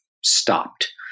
stopped